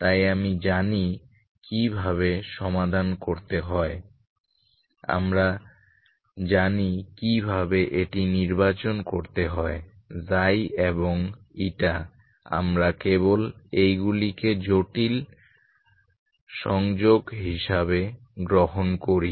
তাই আমি জানি কিভাবে সমাধান করতে হয় আমরা জানি কিভাবে এটি নির্বাচন করতে হয় ξ এবং η আমরা কেবল এইগুলিকে জটিল সংযোগ হিসাবে গ্রহণ করি